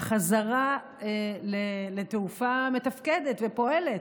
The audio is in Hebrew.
החזרה לתעופה מתפקדת ופועלת.